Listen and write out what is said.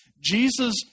Jesus